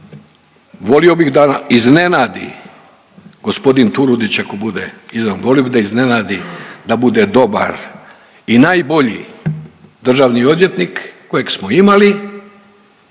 Volio bih da iznenadi gospodin Turudić ako bude iza.. volio bi da iznenadi da bude dobar i najbolji državni odvjetnik kojeg smo imali,